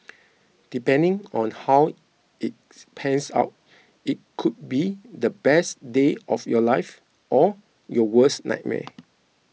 depending on how it pans out it could be the best day of your life or your worst nightmare